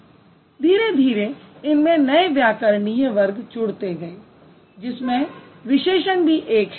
धीरे धीरे इनमें नए व्याकरणीय वर्ग जुड़ते गए जिसमें विशेषण भी एक है